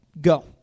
go